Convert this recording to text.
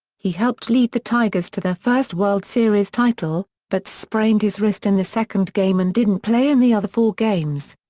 he helped lead the tigers to their first world series title, but sprained his wrist in the second game and didn't play in the other four games.